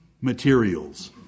materials